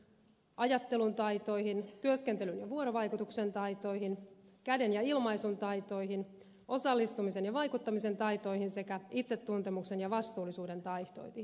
ajattelun taitoihin työskentelyn ja vuorovaikutuksen taitoihin käden ja ilmaisun taitoihin osallistumisen ja vaikuttamisen taitoihin sekä itsetuntemuksen ja vastuullisuuden taitoihin